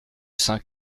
saint